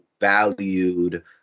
valued